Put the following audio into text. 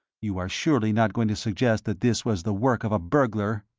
you are surely not going to suggest that this was the work of a burglar?